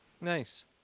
Nice